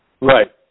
Right